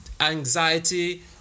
anxiety